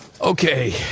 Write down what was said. Okay